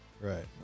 Right